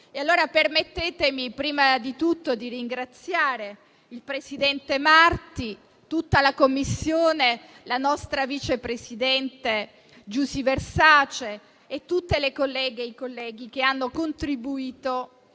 allora, prima di tutto, di ringraziare il presidente Marti, tutta la Commissione, la nostra vice presidente Giusy Versace e tutte le colleghe e i colleghi che hanno contribuito